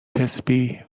تسبیح